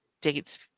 dates